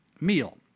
meal